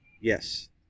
yes